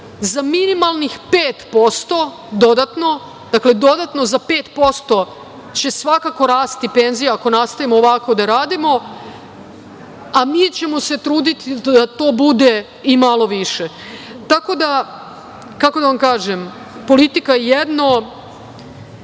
za minimalnih 5% dodatno. Dakle, dodatno za 5% će svakako rasti penzije ako nastavimo ovako da radimo, a mi ćemo se truditi da to bude i malo više. Tako da, kako da vam kažem, politika je jedno,